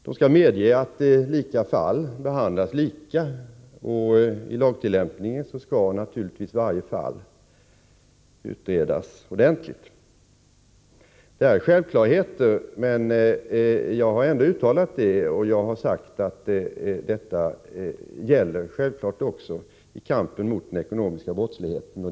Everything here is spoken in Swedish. De skall medge att lika fall behandlas lika, och i lagtillämpningen skall naturligtvis varje fall utredas ordentligt. Detta är självklarheter, men jag har ändå velat uttala dem. Jag har förklarat att de givetvis gäller även i kampen mot den ekonomiska brottsligheten.